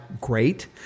great